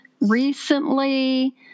recently